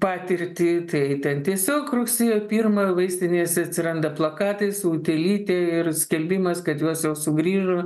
patirtį tai ten tiesiog rugsėjo pirmą vaistinėse atsiranda plakatai su utėlyte ir skelbimas kad jos jau sugrįžo